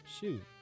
Shoot